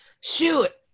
Shoot